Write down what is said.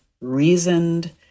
reasoned